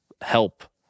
help